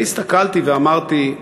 אני הסתכלתי ואמרתי: